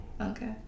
Okay